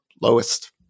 lowest